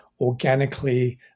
organically